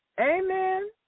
Amen